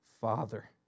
father